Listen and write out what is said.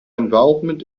involvement